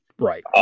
Right